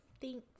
Thanks